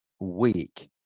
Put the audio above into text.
week